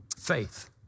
faith